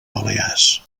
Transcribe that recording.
balears